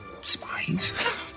spies